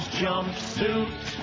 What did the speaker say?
jumpsuit